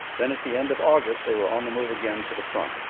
then at the end of august, they were on the move again to the front.